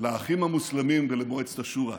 לאחים המוסלמים ולמועצת השורא.